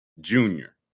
Junior